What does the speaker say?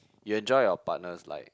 you enjoy your partner's like